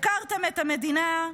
הפקרתם את המדינה,